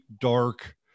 dark